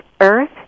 earth